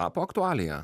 tapo aktualija